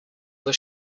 were